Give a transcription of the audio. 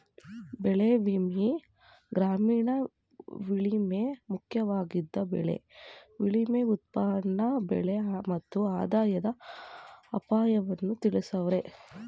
ಬೆಳೆವಿಮೆ ಗ್ರಾಮೀಣ ವಿಮೆಲಿ ಮುಖ್ಯವಾಗಯ್ತೆ ಬೆಳೆ ವಿಮೆಲಿ ಉತ್ಪನ್ನ ಬೆಲೆ ಮತ್ತು ಆದಾಯದ ಅಪಾಯನ ತಿಳ್ಸವ್ರೆ